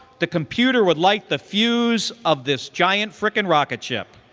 the computer would light the fuse of this giant freaking rocket ship.